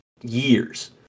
years